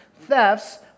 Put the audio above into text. thefts